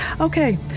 Okay